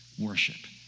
worship